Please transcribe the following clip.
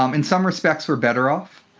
um in some respects we're better off.